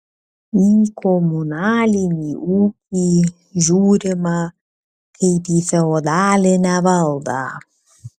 į komunalinį ūkį žiūrima kaip į feodalinę valdą